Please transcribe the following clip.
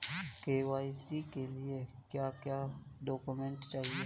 KYC के लिए क्या क्या डॉक्यूमेंट चाहिए?